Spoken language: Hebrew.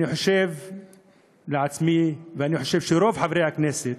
אני חושב לעצמי, ואני חושב שרוב חברי הכנסת